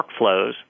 workflows